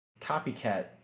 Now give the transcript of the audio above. copycat